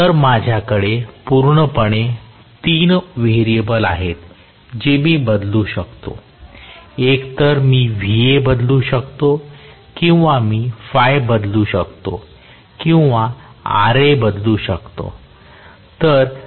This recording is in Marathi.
तर माझ्याकडे पूर्णपणे तीन व्हेरिएबल आहेत जे मी बदलू शकतो एकतर मीVa बदलू शकतो किंवा मी बदलू शकतो किंवा Ra बदलू शकतो